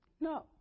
No